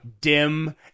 dim